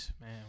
Man